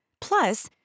Plus